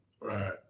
Right